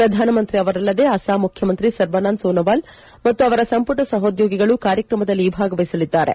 ಪ್ರಧಾನಮಂತ್ರಿ ಅವರಲ್ಲದೆ ಅಸ್ನಾಂ ಮುಖ್ಯಮಂತ್ರಿ ಸರ್ಬಾನಂದ ಸೋನ್ವಾಲ್ ಮತ್ತು ಅವರ ಸಂಪುಟ ಸಹೋದ್ಯೋಗಿಗಳು ಕಾರ್ಯಕ್ರಮದಲ್ಲಿ ಭಾಗವಹಿಸಲಿದ್ದಾರೆ